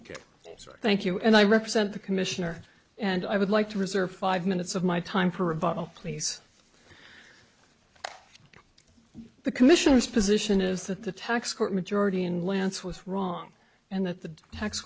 i thank you and i represent the commissioner and i would like to reserve five minutes of my time for rebuttal please the commissioners position is that the tax court majority and lance was wrong and that the